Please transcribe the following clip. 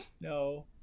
No